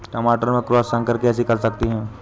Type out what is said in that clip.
मटर में क्रॉस संकर कैसे कर सकते हैं?